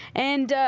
and,